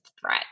threat